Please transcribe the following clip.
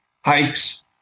hikes